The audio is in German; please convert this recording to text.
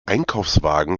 einkaufswagen